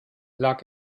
lag